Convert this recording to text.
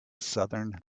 southern